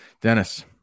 Dennis